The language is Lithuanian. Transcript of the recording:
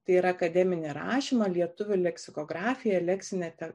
tai yra akademinį rašymą lietuvių leksikografiją leksinę